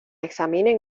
examinen